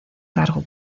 cargo